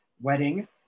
wedding